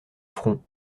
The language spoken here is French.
front